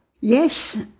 Yes